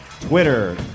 Twitter